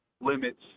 limits